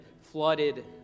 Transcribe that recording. flooded